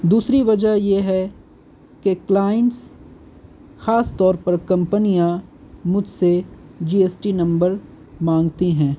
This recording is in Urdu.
دوسری وجہ یہ ہے کہ کلائنٹس خاص طور پر کمپنیاں مجھ سے جی ایس ٹی نمبر مانگتی ہیں